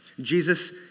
Jesus